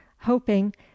hoping